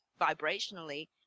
vibrationally